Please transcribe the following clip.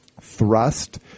Thrust